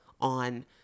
on